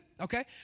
okay